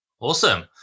Awesome